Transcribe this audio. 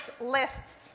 lists